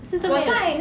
是这个月